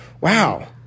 wow